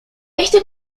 este